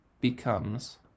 becomes